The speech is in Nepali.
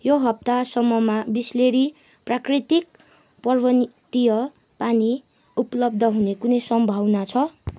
यो हप्तासम्ममा बिसलेरी प्राकृतिक पर्वतीय पानी उपलब्ध हुने कुनै सम्भावना छ